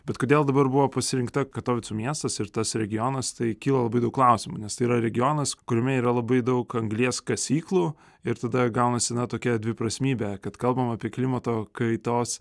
bet kodėl dabar buvo pasirinkta katovicų miestas ir tas regionas tai kyla labai daug klausimų nes tai yra regionas kuriame yra labai daug anglies kasyklų ir tada gaunasi na tokia dviprasmybė kad kalbam apie klimato kaitos